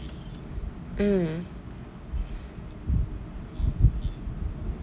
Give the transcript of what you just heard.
mm